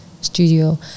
studio